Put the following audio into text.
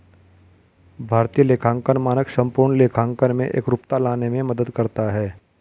भारतीय लेखांकन मानक संपूर्ण लेखांकन में एकरूपता लाने में मदद करता है